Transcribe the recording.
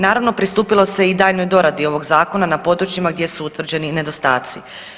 Naravno pristupilo se i daljnjoj doradi ovog zakona na područjima gdje su utvrđeni nedostaci.